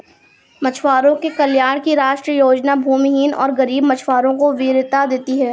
मछुआरों के कल्याण की राष्ट्रीय योजना भूमिहीन और गरीब मछुआरों को वरीयता देती है